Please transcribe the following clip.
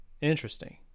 Interesting